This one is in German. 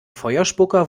feuerspucker